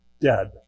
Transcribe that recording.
dead